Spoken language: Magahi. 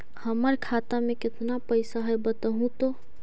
हमर खाता में केतना पैसा है बतहू तो?